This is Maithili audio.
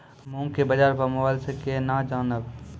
मूंग के बाजार भाव मोबाइल से के ना जान ब?